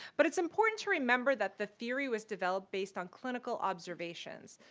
but it's important to remember that the theory was developed based on clinical observations.